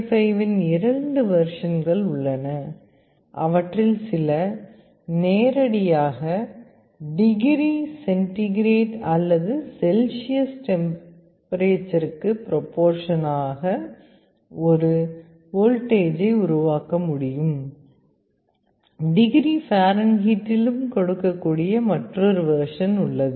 35 இன் இரண்டு வெர்ஷன்கள் உள்ளன அவற்றில் சில நேரடியாக டிகிரி சென்டிகிரேட் அல்லது செல்சியஸில் டெம்பரேச்சருக்கு ப்ரொபோர்ஷனலாக ஒரு வோல்டேஜை உருவாக்க முடியும் டிகிரி பாரன்ஹீட்டிலும் கொடுக்கக்கூடிய மற்றொரு வெர்ஷன் உள்ளது